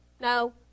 No